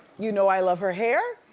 you know i love her hair.